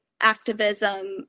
activism